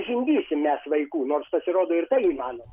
žindysim mes vaikų nors pasirodo ir tai įmanoma